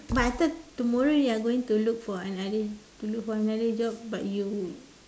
eh but I thought tomorrow you are going to look for another to look for another job but you